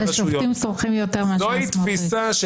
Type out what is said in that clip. על השופטים סומכים יותר מאשר על סמוטריץ'.